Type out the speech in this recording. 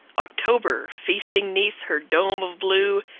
october, feasting neath her dome of blue,